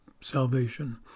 salvation